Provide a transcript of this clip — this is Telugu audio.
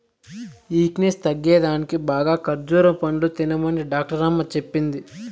ఈక్నేస్ తగ్గేదానికి బాగా ఖజ్జూర పండ్లు తినమనే డాక్టరమ్మ చెప్పింది